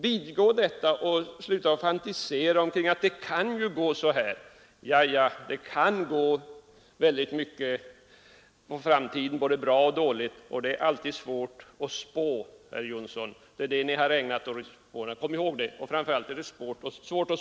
Vidgå detta och sluta fantisera om att det kan gå dåligt. Det kan i framtiden gå både bra och dåligt, och det är alltid svårt att spå, herr Jonsson, kom ihåg det.